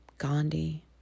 Gandhi